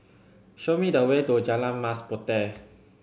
show me the way to Jalan Mas Puteh